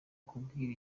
kumbwira